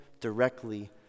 directly